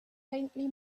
faintly